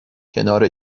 کنار